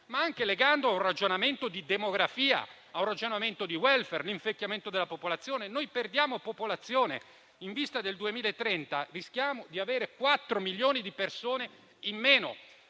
ma anche legandola a un ragionamento di demografia, di *welfare* e di invecchiamento della popolazione. Perdiamo popolazione e, in vista del 2030, rischiamo di avere 4 milioni di persone in meno.